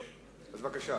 לא, אז בבקשה.